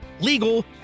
legal